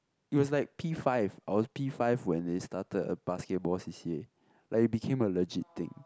it was like P-five I was P-five when they started a basketball C_C_A like it became a legit thing